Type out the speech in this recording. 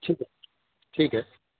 ٹھیک ہے ٹھیک ہے